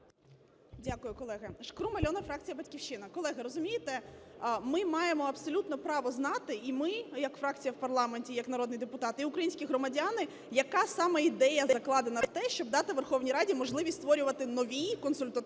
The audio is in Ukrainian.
Дякую, колеги. Шкрум Альона, фракція "Батьківщина". Колеги, розумієте, ми маємо абсолютне право знати і ми як фракція в парламенті, як народні депутати, і українські громадяни, яка саме ідея закладена в те, щоб дати Верховній Раді можливість створювати нові консультативно-дорадчі